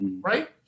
Right